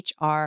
HR